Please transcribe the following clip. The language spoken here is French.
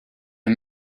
est